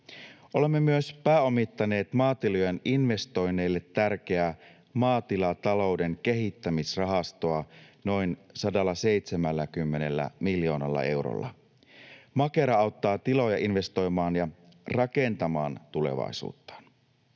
Olemme myös pääomittaneet maatilojen investoinneille tärkeää Maatilatalouden Kehittämisrahastoa noin 170 miljoonalla eurolla. Makera auttaa tiloja investoimaan ja rakentamaan tulevaisuuttaan.